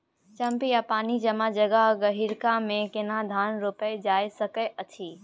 चापि या पानी जमा जगह, गहिरका मे केना धान रोपल जा सकै अछि?